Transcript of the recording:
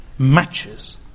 matches